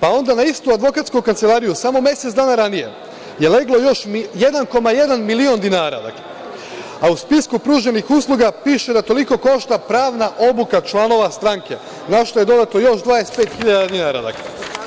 pa onda na istu advokatsku kancelariju, samo mesec dana ranije je leglo 1,1 milion dinara, a u spisku pruženih usluga piše da toliko košta pravna obuka članova stranke, na šta je dodato još 25.000 dinara.